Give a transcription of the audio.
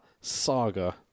saga